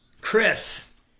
Chris